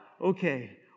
okay